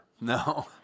No